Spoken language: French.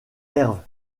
herve